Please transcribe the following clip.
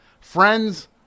friends